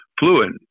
fluent